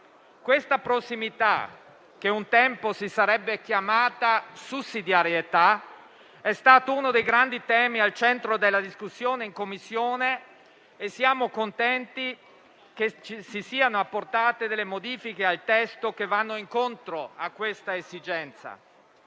Questa prossimità, che un tempo si sarebbe chiamata sussidiarietà, è stata uno dei grandi temi al centro della discussione in Commissione. Siamo contenti che si siano apportate modifiche al testo che vanno incontro a questa esigenza.